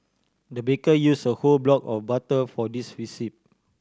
the baker use a whole block of butter for this recipe